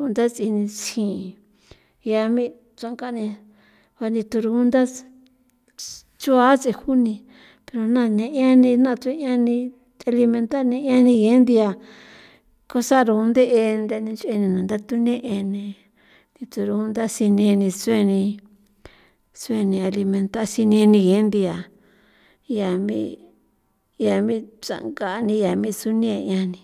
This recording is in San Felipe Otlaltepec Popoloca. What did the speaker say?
o ntha tsi ni tsjin ya mi tsankan ni ja ni thu rugunda choa sejon ni pero na ne'e ni na tsu'en ni tsjee alimenta ni nii ge nthia cosa rugunde'e nde ninch'e nina ntha thu ne'e ni thi tsurugunda sine ni sune ni su'en ni alimenta sineni genthia ya mi yami sanka ni ya mi sune' yani.